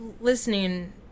listening